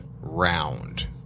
round